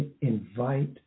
invite